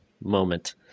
moment